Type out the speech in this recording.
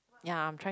ya I'm try